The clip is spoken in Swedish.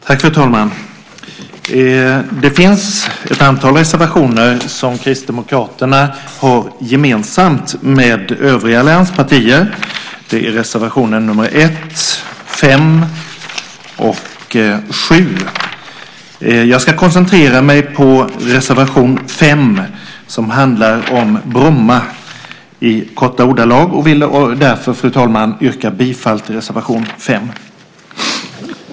Fru talman! Det finns ett antal gemensamma reservationer från Kristdemokraterna och övriga allianspartier. Det är reservationerna 1, 5 och 7. Jag ska koncentrera mig på reservation 5 som handlar om Bromma flygplats och yrkar bifall till den.